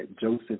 Joseph